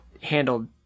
handled